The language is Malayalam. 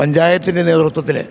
പഞ്ചായത്തിൻ്റെ നേതൃത്വത്തിൽ